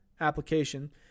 application